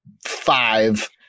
five